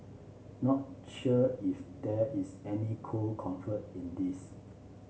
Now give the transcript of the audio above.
not sure if there is any cold comfort in this